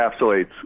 encapsulates